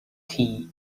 tea